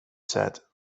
said